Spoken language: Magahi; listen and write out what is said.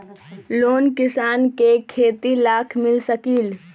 लोन किसान के खेती लाख मिल सकील?